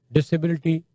Disability